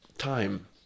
time